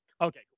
Okay